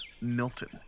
Milton